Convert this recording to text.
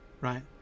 Right